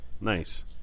Nice